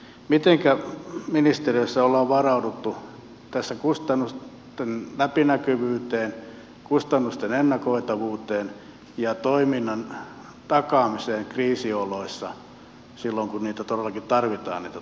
mitenkä ministeriössä ollaan varauduttu tässä kustannusten läpinäkyvyyteen kustannusten ennakoitavuuteen ja toiminnan takaamiseen kriisioloissa silloin kun todellakin tarvitaan niitä turvaverkkoja